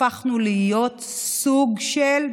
הפכנו להיות סוג של,